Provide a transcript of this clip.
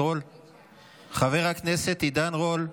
עידן רול.